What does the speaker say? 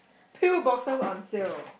pill boxes on sale